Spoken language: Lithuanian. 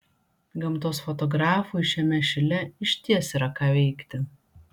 gamtos fotografui šiame šile išties yra ką veikti